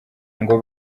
ngo